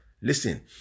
Listen